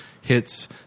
hits